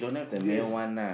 yes